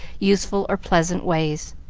useful, or pleasant ways.